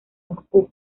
moscú